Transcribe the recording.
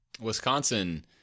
Wisconsin